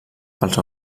pels